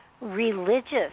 religious